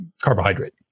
carbohydrate